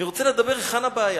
אני רוצה לומר היכן הבעיה.